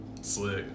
Slick